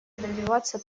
добиваться